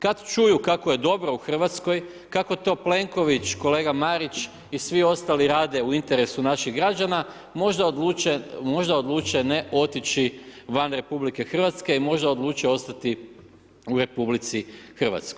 Kad čuju kako je dobro u Hrvatskoj, kako to Plenković, kolega Marić i svi ostali rade u interesu naših građana možda odluče, može odluče ne otići van RH možda odluče ostati u RH.